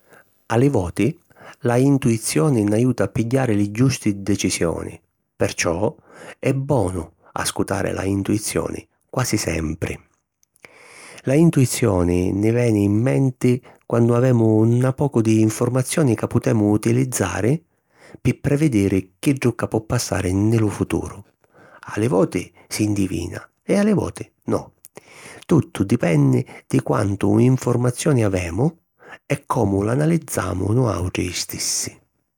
A li voti la intuizioni n’ajuta a pigghiari li giusti decisioni perciò è bonu ascutari la intuizioni quasi sempri. La intuizioni ni veni in menti quannu avemu na pocu di informazioni ca putemu utilizzari pi previdiri chiddu ca po passari nni lu futuru; a li voti s’indivina e a li voti no. Tuttu dipenni di quantu informazioni avemu e comu l'analizzamu nuàutri stissi.